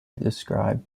described